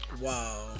Wow